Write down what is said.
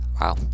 Wow